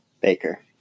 Baker